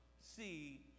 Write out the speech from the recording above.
see